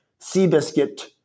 Seabiscuit